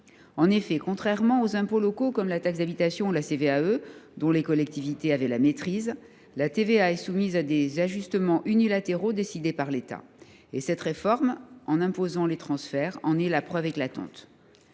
En effet, contrairement aux impôts locaux comme la taxe d’habitation ou la CVAE, dont les collectivités avaient la maîtrise, la TVA est soumise à des ajustements unilatéralement décidés par l’État. Cette réforme, en imposant les transferts, en est la preuve éclatante.